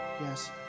yes